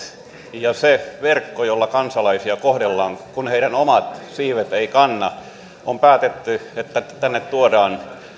ja sen verkon jolla kansalaisia kohdellaan kun heidän omat siipensä eivät kanna kannalta on päätetty että tänne tuodaan